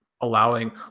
allowing